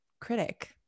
critic